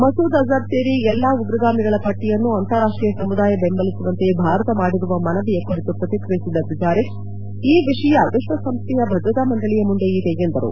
ಮಸೂದ್ ಅಜರ್ ಸೇರಿ ಎಲ್ಲ ಉಗ್ರಗಾಮಿಗಳ ಪಟ್ಟಿಯನ್ನು ಅಂತಾರಾಷ್ಟೀಯ ಸಮುದಾಯ ಬೆಂಬಲಿಸುವಂತೆ ಭಾರತ ಮಾಡಿರುವ ಮನವಿಯ ಕುರಿತು ಪ್ರತಿಕ್ರಿಯಿಸಿದ ದುಜಾರಿಕ್ ಈ ವಿಷಯ ವಿಶ್ವಸಂಸ್ಥೆಯ ಭದ್ರತಾ ಮಂಡಳಿಯ ಮುಂದೆ ಇದೆ ಎಂದರು